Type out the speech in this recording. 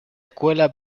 escuela